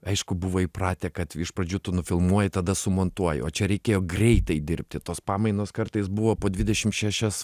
aišku buvo įpratę kad iš pradžių tu nufilmuoji tada sumontuoji o čia reikėjo greitai dirbti tos pamainos kartais buvo po dvidešim šešias